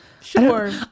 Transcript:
Sure